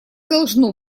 должно